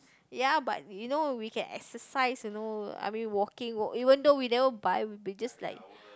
ya but you know we can exercise you know I mean walking walk even though we never buy we'll be just like